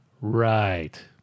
Right